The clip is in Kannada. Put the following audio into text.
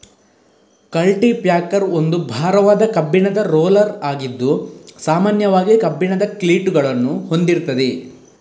ಕಲ್ಟಿ ಪ್ಯಾಕರ್ ಒಂದು ಭಾರವಾದ ಕಬ್ಬಿಣದ ರೋಲರ್ ಆಗಿದ್ದು ಸಾಮಾನ್ಯವಾಗಿ ಕಬ್ಬಿಣದ ಕ್ಲೀಟುಗಳನ್ನ ಹೊಂದಿರ್ತದೆ